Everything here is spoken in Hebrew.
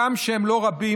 גם כשהם לא רבים,